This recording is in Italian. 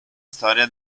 storia